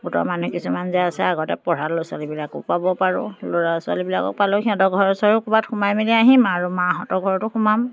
গোটৰ মানুহ কিছুমান যে আছে আগতে পঢ়া ল'ৰা ছোৱালীবিলাককো পাব পাৰোঁ ল'ৰা ছোৱালীবিলাকক পালেও সিহঁতৰ ঘৰে চৰে ক'ৰবাত সোমাই মেলি আহিম আৰু মাহঁতৰ ঘৰতো সোমাম